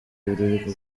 buriri